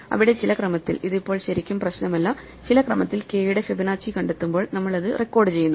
അവിടെ ചില ക്രമത്തിൽ ഇത് ഇപ്പോൾ ശരിക്കും പ്രശ്നമല്ല ചില ക്രമത്തിൽ k യുടെ ഫിബൊനാച്ചി കണ്ടെത്തുമ്പോൾ നമ്മൾ അത് റെക്കോർഡുചെയ്യുന്നു